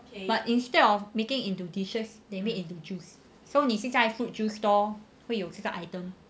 but instead of making into dishes they made into juice so 你是在 food juice store 会有这个 item